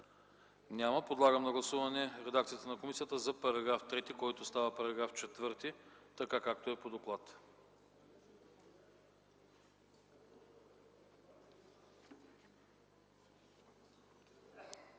Няма. Подлагам на гласуване редакцията на комисията за § 4, който става § 5, така както е по доклад.